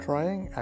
Trying